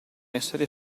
essere